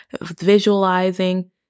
visualizing